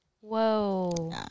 whoa